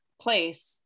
place